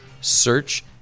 search